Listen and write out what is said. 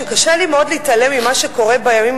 קשה לי מאוד להתעלם ממה שקורה בימים